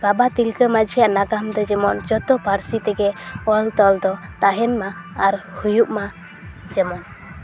ᱵᱟᱵᱟ ᱛᱤᱞᱠᱟᱹ ᱢᱟᱹᱡᱷᱤᱭᱟᱜ ᱱᱟᱜᱟᱢ ᱫᱚ ᱡᱮᱢᱚᱱ ᱡᱚᱛᱚ ᱯᱟᱹᱨᱥᱤ ᱛᱮᱜᱮ ᱚᱞᱼᱛᱚᱞ ᱫᱚ ᱛᱟᱦᱮᱱ ᱢᱟ ᱟᱨ ᱦᱩᱭᱩᱜ ᱢᱟ ᱡᱮᱢᱚᱱ